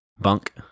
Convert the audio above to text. bunk